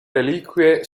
reliquie